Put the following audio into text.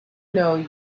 know